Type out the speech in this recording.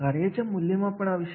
कार्याच्या मूल्यमापनावर येत असते